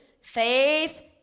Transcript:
Faith